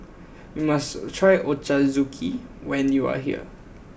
you must try Ochazuke when you are here